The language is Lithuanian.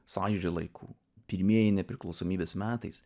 sąjūdžio laikų pirmieji nepriklausomybės metais